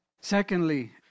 Secondly